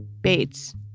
Bates